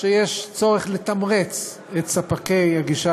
שיש צורך לתמרץ את ספקי הגישה